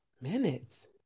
minutes